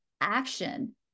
action